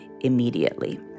immediately